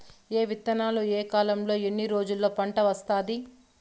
ఏ విత్తనాలు ఏ కాలంలో ఎన్ని రోజుల్లో పంట వస్తాది?